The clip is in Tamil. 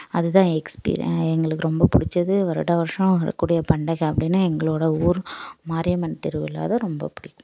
அதுதான் எக்ஸ் எங்களுக்கு ரொம்ப பிடிச்சது வருடா வருஷம் வரக்கூடிய பண்டிகை அப்படினா எங்களோடய ஊர் மாரியம்மன் திருவிழா தான் ரொம்ப பிடிக்கும்